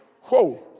Whoa